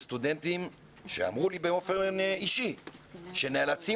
בסטודנטים שאמרו לי באופן אישי שהם נאלצים